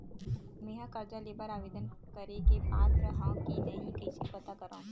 मेंहा कर्जा ले बर आवेदन करे के पात्र हव की नहीं कइसे पता करव?